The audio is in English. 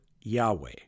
Yahweh